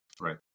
Right